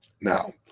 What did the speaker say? now